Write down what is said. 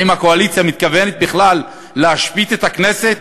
האם הקואליציה מתכוונת בכלל להשבית את הכנסת?